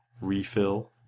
refill